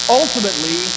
ultimately